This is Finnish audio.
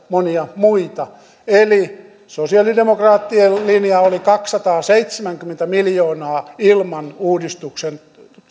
monia muita eli sosialidemokraattien linja oli kaksisataaseitsemänkymmentä miljoonaa ilman uudistuksen